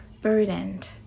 burdened